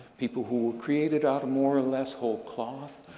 people who were created out of more or less whole cloth,